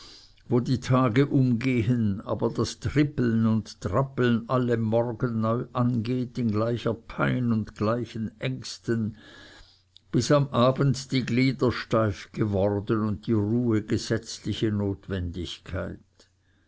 wo die tage umgehen aber das trippeln und trappeln alle morgen neu angeht in gleicher pein und gleichen ängsten bis am abend die glieder steif geworden und die ruhe gesetzliche notwendigkeit